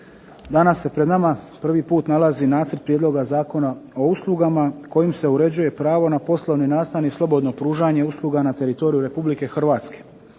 Danas se pred nama prvi put nalazi Nacrt prijedloga Zakona o uslugama kojim se uređuje pravo na poslovne nastane i slobodno pružanje usluga na teritoriju Republike Hrvatske